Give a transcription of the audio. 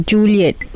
Juliet